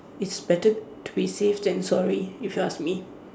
it's better to be safe than sorry if you ask me